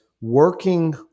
working